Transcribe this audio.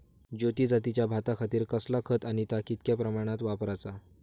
ज्योती जातीच्या भाताखातीर कसला खत आणि ता कितक्या प्रमाणात वापराचा?